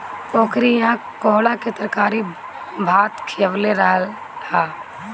ओकरी इहा कोहड़ा के तरकारी भात खिअवले रहलअ सअ